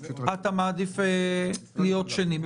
אתה מעדיף להיות שני.